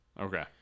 Okay